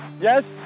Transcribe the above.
yes